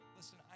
listen